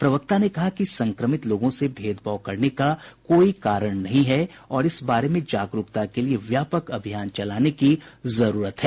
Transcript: प्रवक्ता ने कहा कि संक्रमित लोगों से भेदभाव करने का कोई कारण नहीं है और इस बारे में जागरूकता के लिए व्यापक अभियान चलाए जाने की जरूरत है